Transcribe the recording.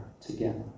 together